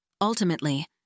Ultimately